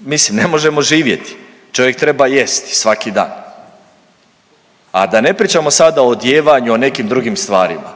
mislim ne možemo živjeti. Čovjek treba jesti svaki dan, a da ne pričamo sada o odijevanju o nekim drugim stvarima.